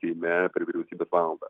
seime per vyriausybės valandą